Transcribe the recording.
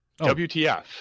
wtf